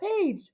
page